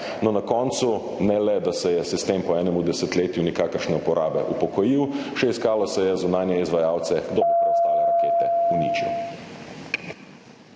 No, na koncu, ne le, da se je sistem po enem desetletju nikakršne uporabe upokojil, še iskalo se je zunanje izvajalce, kdo bo preostale rakete uničil.